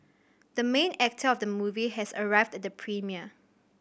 the main actor of the movie has arrived at the premiere